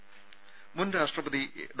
രുര മുൻ രാഷ്ട്രപതി ഡോ